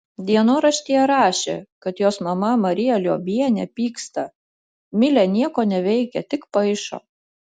dienoraštyje rašė kad jos mama marija liobienė pyksta milė nieko neveikia tik paišo